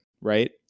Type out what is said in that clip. Right